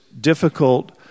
difficult